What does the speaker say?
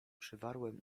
przywarłem